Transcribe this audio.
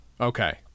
Okay